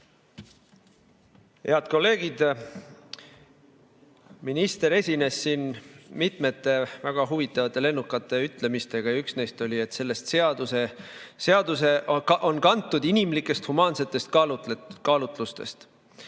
Head kolleegid! Minister esines siin mitmete väga huvitavate ja lennukate ütlemistega. Üks neist oli, et see seadus on kantud inimlikest, humaansetest kaalutlustest.